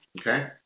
okay